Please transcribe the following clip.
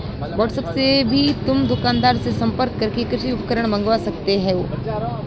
WhatsApp से भी तुम दुकानदार से संपर्क करके कृषि उपकरण मँगवा सकते हो